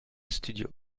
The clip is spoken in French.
studios